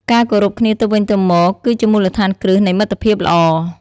ការគោរពគ្នាទៅវិញទៅមកគឺជាមូលដ្ឋានគ្រឹះនៃមិត្តភាពល្អ។